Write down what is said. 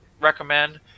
recommend